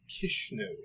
Kishnu